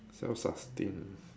self-sustained